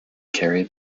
carried